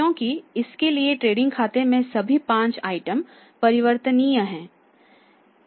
क्योंकि इसके लिए ट्रेडिंग खाते में सभी 5 आइटम परिवर्तनीय हैं ठीक है